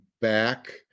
back